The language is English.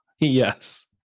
Yes